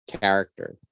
character